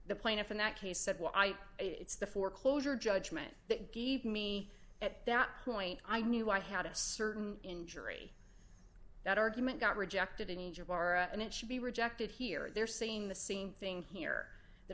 the plaintiff in that case said well i it's the foreclosure judgment that gave me at that point i knew i had a certain injury that argument got rejected any jabara and it should be rejected here they're saying the same thing here that